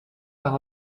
par